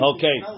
Okay